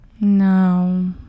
No